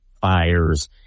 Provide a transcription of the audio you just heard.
fires